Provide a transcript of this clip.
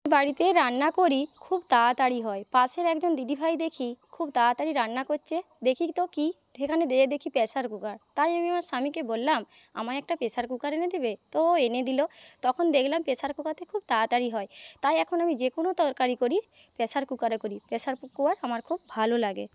বাড়িতে রান্না করি খুব তাড়াতাড়ি হয় পাশের একজন দিদিভাই দেখি খুব তাড়াতাড়ি রান্না করছে দেখি তো কী সেখানে গিয়ে দেখি প্রেশার কুকার তাই আমি আমার স্বামীকে বললাম আমায় একটা প্রেশার কুকার এনে দেবে তো ও এনে দিল তখন দেখলাম প্রেশার কুকারে খুব তাড়াতাড়ি হয় তাই এখন আমি যেকোনো তরকারি করি প্রেশার কুকারে করি প্রেশার কুকার আমার খুব ভালো লাগে